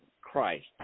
Christ